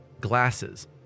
glasses